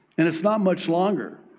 and it's not much longer.